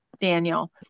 Daniel